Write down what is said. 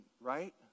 right